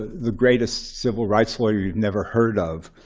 the greatest civil rights lawyer you've never heard of,